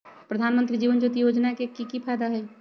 प्रधानमंत्री जीवन ज्योति योजना के की फायदा हई?